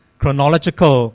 chronological